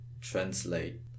translate